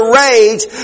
rage